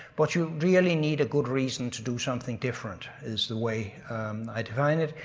but you really need a good reason to do something different is the way i define it.